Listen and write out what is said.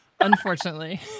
unfortunately